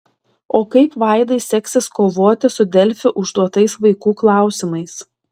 o kaip vaidai seksis kovoti su delfi užduotais vaikų klausimais